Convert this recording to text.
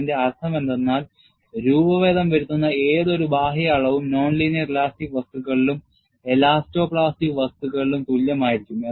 അതിൻറെ അർത്ഥമെന്തെന്നാൽ രൂപഭേദം വരുത്തുന്ന ഏതൊരു ബാഹ്യ അളവും non linear ഇലാസ്റ്റിക് വസ്തുക്കളിലും എലാസ്റ്റോ പ്ലാസ്റ്റിക് വസ്തുക്കളിലും തുല്യമായിരിക്കും